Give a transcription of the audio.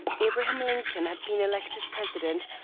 abraham lincoln had been elected president.